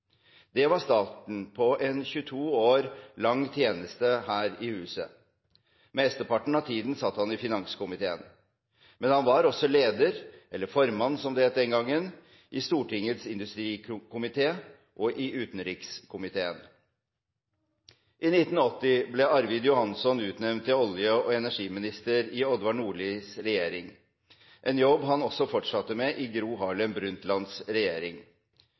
Det var starten på en 22 år lang tjeneste her i huset. Mesteparten av tiden satt han i finanskomiteen, men han var også leder, eller formann som det het den gangen, i industrikomiteen og i utenrikskomiteen. I 1980 ble Arvid Johanson utnevnt til olje- og energiminister i Odvar Nordlis regjering – en jobb han også fortsatte med i Gro Harlem Brundtlands regjering.